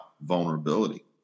vulnerability